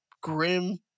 grim